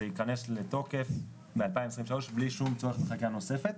זה ייכנס לתוקף ב-2023 בלי שום צורך בחקיקה נוספת.